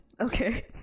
Okay